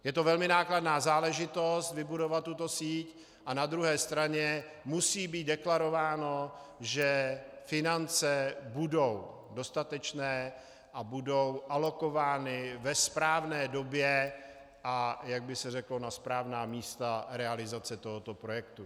Je to velmi nákladná záležitost, vybudovat tuto síť, a na druhé straně musí být deklarováno, že finance budou dostatečné a budou alokovány ve správné době, a jak by se řeklo, na správná místa realizace tohoto projektu.